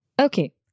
Okay